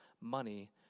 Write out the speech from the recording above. money